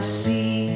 see